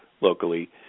locally